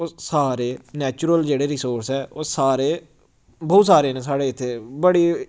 ओह् सारे नैचरल जेह्ड़े रिसोर्स ऐ ओह् सारे बोह्त सारे न साढ़े इत्थै बड़ी